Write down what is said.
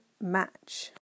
match